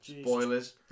spoilers